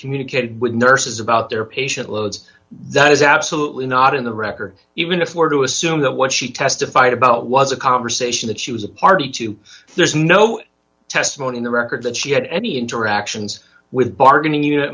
communicated with nurses about their patient loads that is absolutely not in the record even if we're to assume that what she testified about was a conversation that she was a party to there's no testimony in the record that she had any interactions with bargaining unit